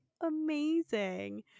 amazing